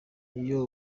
iyo